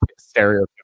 stereotypical